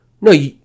No